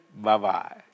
Bye-bye